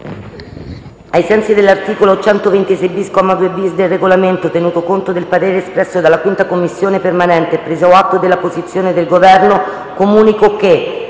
Ai sensi dell’articolo 126-bis, comma 2-bis, del Regolamento, tenuto conto del parere espresso dalla 5ª Commissione permanente e preso atto della posizione del Governo, comunico che